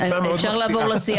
ההסתייגות?